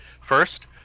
first